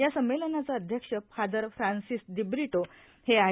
या संमेलनाचे अध्यक्ष फादर फ्रान्सिस दिब्रिटो हे आहेत